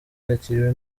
yakiriwe